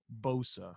Bosa